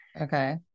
Okay